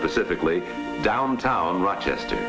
specifically downtown rochester